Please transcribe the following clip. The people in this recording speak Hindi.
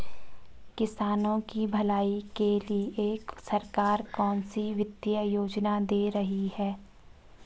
किसानों की भलाई के लिए सरकार कौनसी वित्तीय योजना दे रही है?